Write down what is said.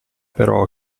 però